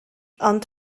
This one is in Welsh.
ond